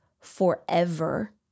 forever